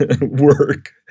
work